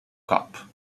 cup